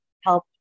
help